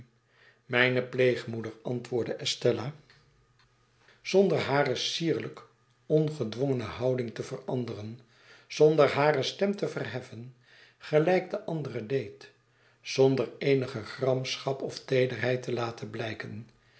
mijne pleegmoeder antwoordde estella zonder hare sierlijk ongedwongene houding te veranderen zonder hare stem te verheffen gelijk de andere deed zonder eenige gramschap of teederheid te laten blijken